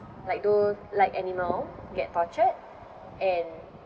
like don't like animal get tortured and